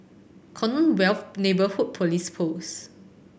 Commonwealth Neighbourhood Police Post